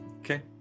Okay